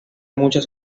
muchas